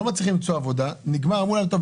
הם לא מצליחים למצוא עבודה ואמרו להם: טוב,